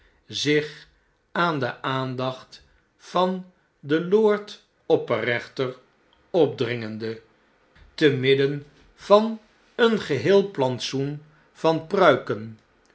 zich aan de aandacht van den lord opper kechter opdringende te midden van een geheel plantsoen de jakhals van pruiken